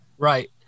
Right